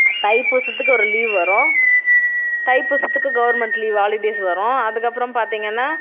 தைப்பூசத்துக்கு ஒரு லீவ் வரும் தைப்பூசத்துக்கு கவுர்மெண்ட் லீவ் ஹாலிடேஸ் வரும் அதுக்கப்புறம் பார்த்திங்கன்னா